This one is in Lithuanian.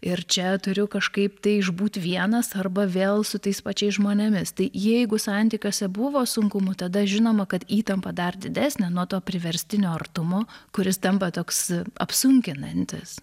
ir čia turiu kažkaip tai išbūti vienas arba vėl su tais pačiais žmonėmis tai jeigu santykiuose buvo sunkumų tada žinoma kad įtampa dar didesnė nuo to priverstinio artumo kuris tampa toks apsunkinantis